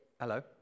Hello